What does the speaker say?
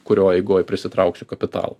kurio eigoj prisitrauksiu kapitalo